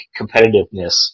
competitiveness